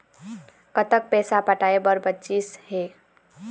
कतक पैसा पटाए बर बचीस हे?